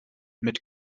mit